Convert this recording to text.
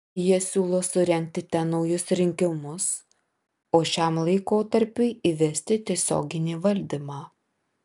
jie siūlo surengti ten naujus rinkimus o šiam laikotarpiui įvesti tiesioginį valdymą